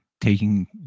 taking